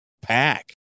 pack